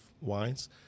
wines